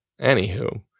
Anywho